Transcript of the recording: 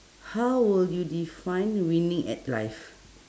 how will you define winning at life